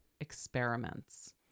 experiments